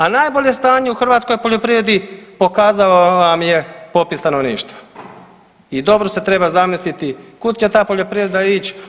A najbolje stanje u hrvatskoj poljoprivredi pokazao vam je popis stanovništva i dobro se treba zamisliti kud će ta poljoprivreda ić.